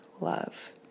love